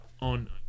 on